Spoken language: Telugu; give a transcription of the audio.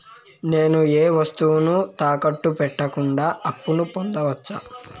నేను ఏ వస్తువులు తాకట్టు పెట్టకుండా అప్పును పొందవచ్చా?